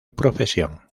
profesión